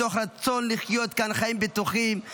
מתוך רצון לחיות כאן חיים בטוחים,